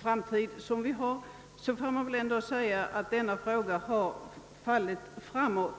framtid — kan man väl säga att denna fråga har fallit framåt.